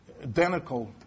identical